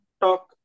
talk